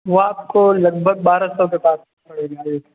वो आपको लगभग बारह सौ के पास पडे़गा एक